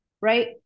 Right